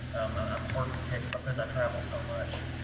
i'm hard to catch because i travel so much.